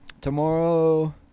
tomorrow